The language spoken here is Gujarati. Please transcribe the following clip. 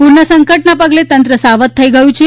પૂરના સંકટના પગલે તંત્ર સાવત થઇ ગયું છે